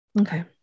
Okay